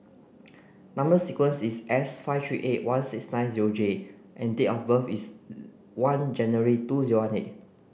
number sequence is S five three eight one six nine zero J and date of birth is one January two zero one eight